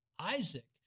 Isaac